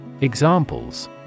Examples